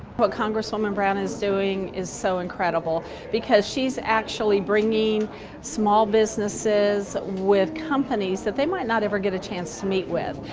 what congresswoman brown is doing is so incredible because she's actually bringing small businesses with companies that they might not ever get a chance to meet with.